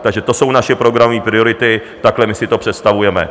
Takže to jsou naše programové priority, takhle my si to představujeme.